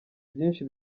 byinshi